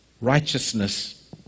righteousness